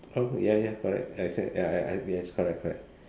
oh ya ya correct that's why ya ya yes correct correct